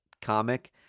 comic